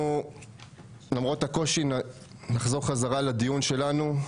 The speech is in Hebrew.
למרות הקושי, נחזור חזרה לדיון שלנו.